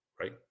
right